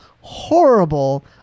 horrible